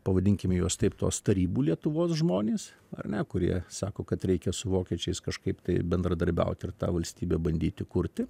pavadinkim juos taip tos tarybų lietuvos žmonės ar ne kurie sako kad reikia su vokiečiais kažkaip tai bendradarbiauti ir tą valstybę bandyti kurti